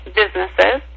businesses